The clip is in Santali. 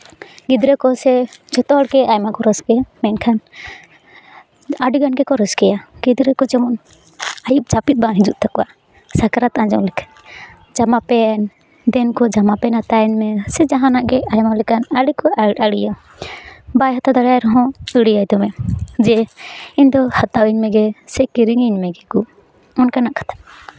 ᱜᱤᱫᱽᱨᱟᱹ ᱠᱚᱥᱮ ᱡᱚᱛᱚ ᱦᱚᱲᱜᱮ ᱟᱭᱢᱟ ᱠᱚ ᱨᱟᱹᱥᱠᱟᱹᱭᱟ ᱢᱮᱱᱠᱷᱟᱱ ᱟᱹᱰᱤᱜᱟᱱ ᱜᱮᱠᱚ ᱨᱟᱹᱥᱠᱟᱹᱭᱟ ᱜᱤᱫᱽᱨᱟᱹ ᱠᱚ ᱡᱮᱢᱚᱱ ᱟᱹᱭᱩᱵ ᱡᱟᱹᱯᱤᱫ ᱵᱟᱝ ᱦᱤᱡᱩᱜ ᱛᱟᱠᱚᱣᱟ ᱥᱟᱠᱨᱟᱛ ᱟᱸᱡᱚᱢ ᱞᱮᱠᱷᱟᱱ ᱡᱟᱢᱟᱯᱮᱱᱴ ᱫᱮᱱ ᱜᱚ ᱡᱟᱢᱟ ᱯᱮᱱᱴ ᱦᱟᱛᱟᱣᱤᱧ ᱢᱮ ᱥᱮ ᱡᱟᱦᱟᱱᱟᱜ ᱜᱮ ᱟᱭᱢᱟ ᱞᱮᱠᱟᱱ ᱟᱹᱰᱤ ᱠᱚ ᱟᱹᱲᱤᱭᱟ ᱵᱟᱭ ᱦᱟᱛᱟᱣ ᱫᱟᱲᱮᱭᱟᱭ ᱨᱮᱦᱚᱸ ᱟᱹᱲᱤᱭᱟᱭ ᱫᱚᱢᱮ ᱡᱮ ᱤᱧᱫᱚ ᱦᱟᱛᱟᱣᱟᱹᱧ ᱢᱮᱜᱮ ᱥᱮ ᱠᱤᱨᱤᱧᱤᱧ ᱢᱮᱜᱮ ᱠᱚ ᱚᱱᱠᱟᱱᱟᱜ ᱠᱟᱛᱷᱟ